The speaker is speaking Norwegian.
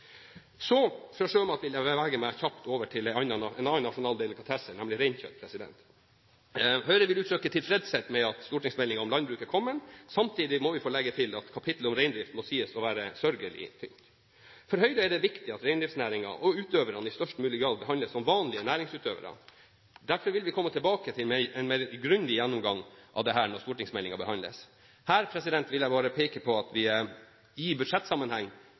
Fra sjømat vil jeg bevege meg kjapt over til en annen nasjonal delikatesse, nemlig reinkjøtt. Høyre vil uttrykke tilfredshet med at stortingsmeldingen om landbruk er kommet. Samtidig må vi få legge til at kapitlet om reindrift må sies å være sørgelig tynt. For Høyre er det viktig at reindriftsnæringen og utøverne i størst mulig grad behandles som vanlige næringsutøvere. Derfor vil vi komme tilbake til en grundigere gjennomgang av dette når stortingsmeldingen behandles. Her vil jeg bare peke på at vi i budsjettsammenheng